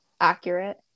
accurate